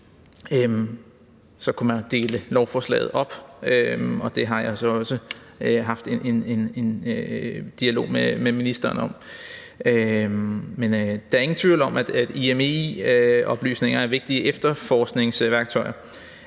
kunne man dele lovforslaget op, og det har jeg så også haft en dialog med ministeren om. Men der er ingen tvivl om, at IMEI-oplysninger er vigtige efterforskningsværktøjer,